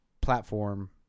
platform